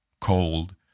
cold